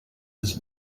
has